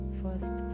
first